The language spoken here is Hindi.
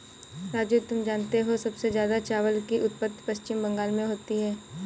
राजू तुम जानते हो सबसे ज्यादा चावल की उत्पत्ति पश्चिम बंगाल में होती है